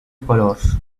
colors